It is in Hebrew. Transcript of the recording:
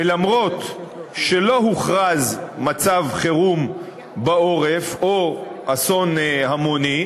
ואף שלא הוכרז מצב חירום בעורף או אסון המוני,